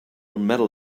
medal